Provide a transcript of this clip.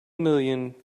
million